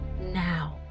now